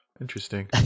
Interesting